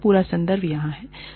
पूरा संदर्भ यहां है